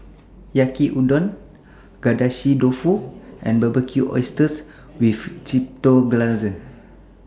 Yaki Udon Agedashi Dofu and Barbecued Oysters with Chipotle Glaze